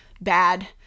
bad